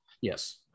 Yes